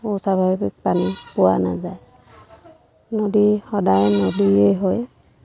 অস্বাভাৱিক পানী পোৱা নাযায় নদী সদায় নদীয়ে হয়